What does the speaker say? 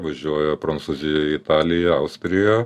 važiuoja prancūzija italija austrija